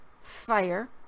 Fire